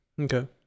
Okay